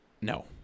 No